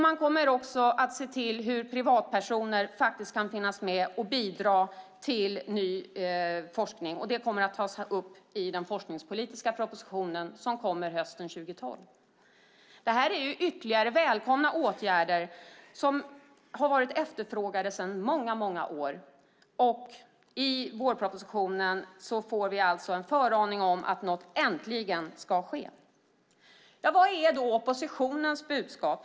Man kommer också att se till hur privatpersoner faktiskt kan finnas med och bidra till ny forskning. Och det kommer att tas upp i den forskningspolitiska propositionen, som kommer hösten 2012. Det här är ytterligare välkomna åtgärder som har varit efterfrågade i många år. Och i vårpropositionen får vi alltså en föraning om att något äntligen ska ske. Vad är då oppositionens budskap?